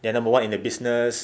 they are number one in the business